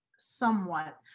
somewhat